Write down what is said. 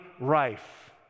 rife